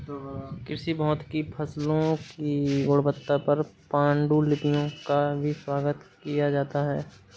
कृषि भौतिकी फसलों की गुणवत्ता पर पाण्डुलिपियों का भी स्वागत किया जाता है